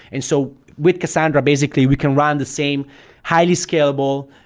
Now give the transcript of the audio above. and so with cassandra basically, we can run the same highly-scalable,